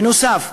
בנוסף,